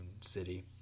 City